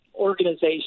organization